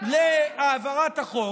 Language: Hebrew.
להעברת החוק,